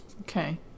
Okay